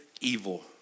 evil